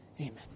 amen